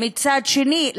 מצד שני,